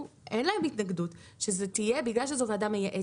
שאין להם התנגדות שהיא תהיה בגלל שזו ועדה מייעצת.